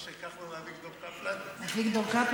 תסתכלי: אביגדור קפלן,